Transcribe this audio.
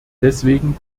deswegen